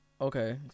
Okay